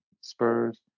Spurs